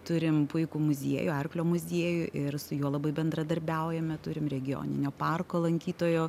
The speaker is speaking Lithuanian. turim puikų muziejų arklio muziejų ir su juo labai bendradarbiaujame turim regioninio parko lankytojo